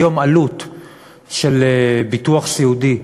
היום עלות של טיפול סיעודי,